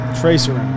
tracer